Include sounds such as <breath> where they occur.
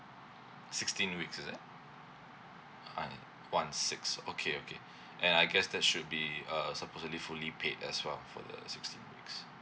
sixteen weeks is it un~ one six okay okay <breath> and I guess that should be err supposedly fully paid as well for the sixteen weeks